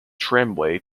tramway